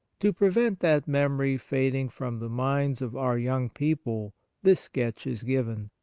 to prevent that memory fading from the minds of our young people this sketch is given.